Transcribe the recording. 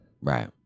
Right